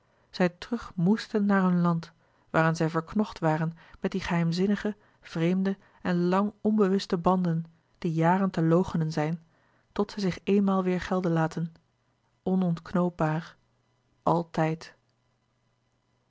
zij terug moesten naar hun land waaraan zij verknocht waren met die geheimzinnige vreemde en lang onbewuste banden die jaren te loochenen zijn tot zij zich eenmaal weêr gelden laten onontknoopbaar altijd